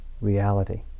reality